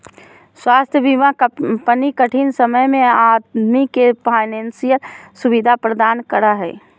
स्वास्थ्य बीमा कंपनी कठिन समय में आदमी के फाइनेंशियल सुविधा प्रदान करा हइ